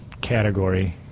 category